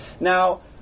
Now